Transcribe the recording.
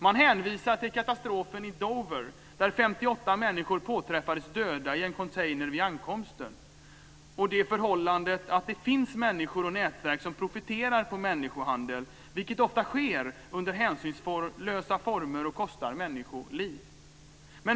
Man hänvisar till katastrofen i Dover, där 58 människor påträffades döda i en container vid ankomsten, och det förhållandet att det finns människor och nätverk som profiterar på människohandel - vilket ofta sker under hänsynslösa former och kostar människoliv.